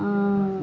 हा